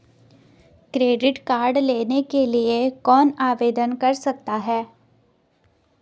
Credit card लेने के लिए कौन आवेदन कर सकता है?